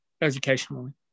educationally